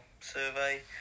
survey